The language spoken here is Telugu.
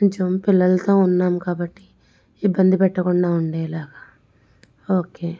కొంచెం పిల్లలతో ఉన్నాం కాబట్టి ఇబ్బంది పెట్టకుండా ఉండేలాగా ఓకే